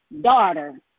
daughter